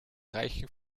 reichen